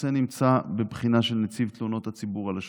הנושא נמצא בבחינה של נציב תלונות הציבור על השופטים,